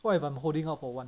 what if I'm holding out for one